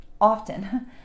often